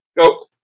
go